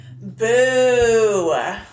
Boo